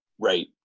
Right